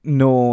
no